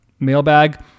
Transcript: mailbag